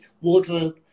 wardrobe